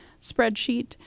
spreadsheet